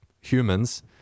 humans